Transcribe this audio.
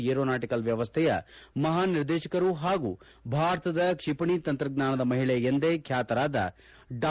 aeronautical ವ್ಯವಸ್ಥೆಯ ಮಹಾ ನಿರ್ದೇಶಕರೂ ಪಾಗೂ ಭಾರತದ ಕ್ಷಿಪಣಿ ತಂತ್ರಜ್ಞಾನದ ಮಹಿಳೆ ಎಂದೇ ಖ್ಯಾತರಾದ ಡಾ